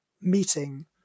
meeting